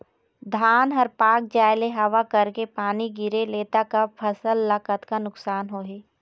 धान हर पाक जाय ले हवा करके पानी गिरे ले त फसल ला कतका नुकसान होही?